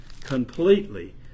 completely